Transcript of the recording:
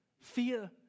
Fear